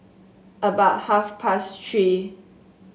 about half past Three